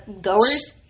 goers